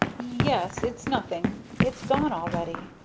yes it's nothing it's gone already.